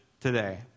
today